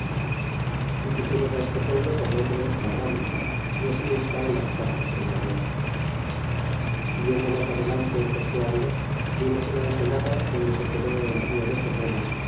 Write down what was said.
y pusimos á este pueblo por nombre la rambla y así está en las cartas del marear e yendo mas adelante costeando vimos una ensenada donde se quedó el rio de fenole